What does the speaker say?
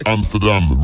Amsterdam